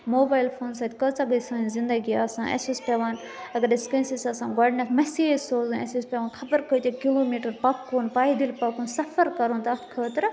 mobile phone سۭتۍ کٲژاہ گٔے سٲنۍ زِنٛدگی آسان اَسہِ اوس پٮ۪وان اَگر أسۍ کٲنٛسہِ ٲسۍ آسان گۄڈٕنٮ۪تھ میسیج سوزٕنۍ اَسہِ ٲسۍ پٮ۪وان خبر کۭتاہ کِلوٗ میٖٹَر پَکُن پایدٔلۍ پَکُن سَفر کَرُن تَتھ خٲطرٕ